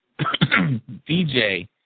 DJ